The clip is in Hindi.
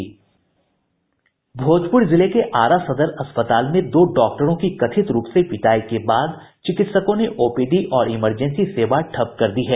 भोजपुर जिले के आरा सदर अस्पताल में दो डॉक्टरों की कथित रूप से पिटाई के बाद चिकित्सकों ने ओपीडी और इमरजेंसी सेवा ठप कर दी है